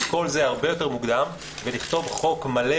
כל זה הרבה יותר מוקדם ולכתוב חוק מלא,